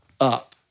up